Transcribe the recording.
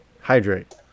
Hydrate